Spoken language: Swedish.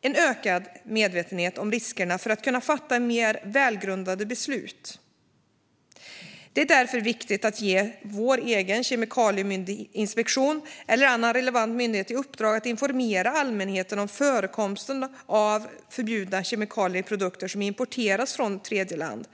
en ökad medvetenhet om riskerna för att kunna fatta mer välgrundade beslut. Därför vill vi ge vår egen kemikalieinspektion eller annan relevant myndighet i uppdrag att informera allmänheten om förekomsten av förbjudna kemikalier i produkter som importeras från tredjeland.